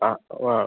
ആ ഓ